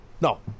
No